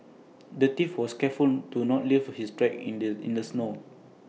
the thief was careful to not leave his tracks in the snow